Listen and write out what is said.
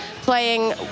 playing